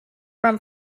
from